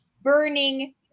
burning